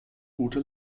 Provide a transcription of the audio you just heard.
gute